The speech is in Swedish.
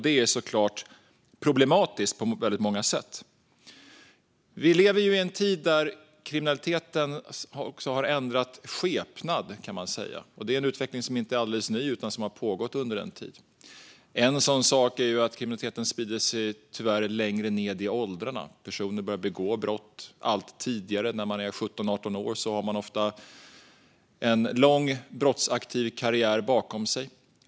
Detta är såklart problematiskt på väldigt många sätt. Vi lever i en tid då kriminaliteten så att säga har ändrat skepnad. Det är en utveckling som inte är alldeles ny, utan den har pågått under en tid. En sådan sak är att kriminaliteteten tyvärr spridit sig längre ned i åldrarna. Personer börjar begå brott allt tidigare. När man är 17-18 år har man ofta en lång brottsaktiv karriär bakom sig.